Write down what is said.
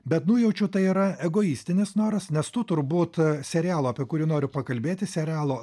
bet nujaučiu tai yra egoistinis noras nes tu turbūt serialo apie kurį noriu pakalbėti serialo